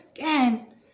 again